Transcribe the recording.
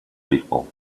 people